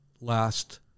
last